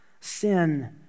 sin